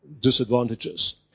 disadvantages